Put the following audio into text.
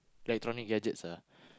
electronic gadgets ah